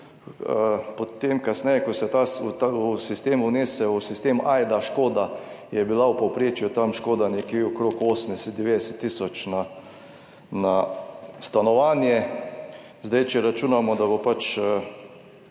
potem kasneje, ko se je ta sistem vnesel v sistem Ajda, škoda je bila, v povprečju tam škoda nekje okrog 80, 90 tisoč na stanovanje. Zdaj, če računamo, da bo to